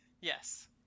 Yes